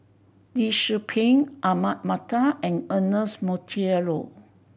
Lee Tzu Pheng Ahmad Mattar and Ernest Monteiro